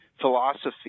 philosophy